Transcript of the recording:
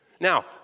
Now